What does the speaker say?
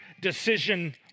decision